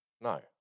No